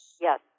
yes